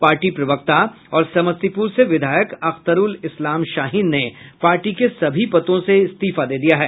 party प्रवक्ता और समस्तीपुर से विधायक अख्तरूल इस्लाम शाहीन ने पार्टी के सभी पदों से इस्तीफा दे दिया है